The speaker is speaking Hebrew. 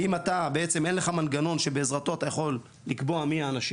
אם אתה בעצם אין לך מנגנון שבעזרתו אתה יכול לקבוע מי האנשים